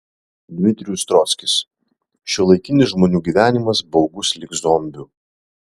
dmitrijus trockis šiuolaikinis žmonių gyvenimas baugus lyg zombių